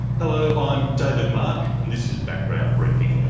hello, i'm david mark, and this is background briefing.